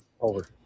Over